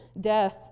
death